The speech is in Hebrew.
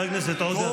חבר הכנסת עודה,